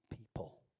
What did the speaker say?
people